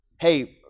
hey